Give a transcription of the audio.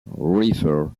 refer